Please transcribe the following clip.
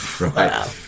Right